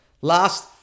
last